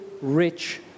rich